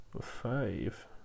five